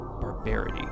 barbarity